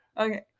Okay